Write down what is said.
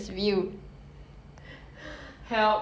神保佑你